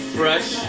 fresh